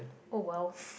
oh !wow!